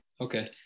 Okay